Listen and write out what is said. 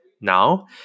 Now